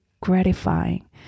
gratifying